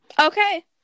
Okay